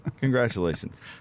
Congratulations